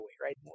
right